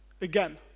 again